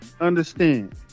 Understand